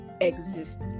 exist